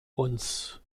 uns